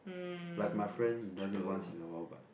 like my friend he does it once in a while but